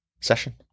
session